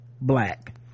black